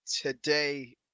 today